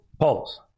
Polls